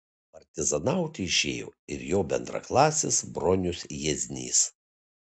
partizanauti išėjo ir jo bendraklasis bronius jieznys